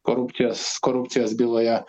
korupcijos korupcijos byloje